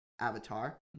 Avatar